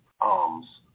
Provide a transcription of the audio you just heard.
arms